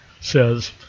says